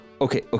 Okay